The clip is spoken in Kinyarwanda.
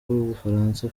bufaransa